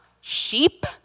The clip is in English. sheep